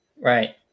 right